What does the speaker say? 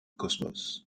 cosmos